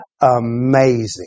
amazing